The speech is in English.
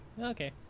Okay